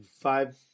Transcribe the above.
five